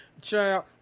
Child